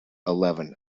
eleven